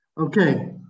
okay